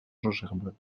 gerbold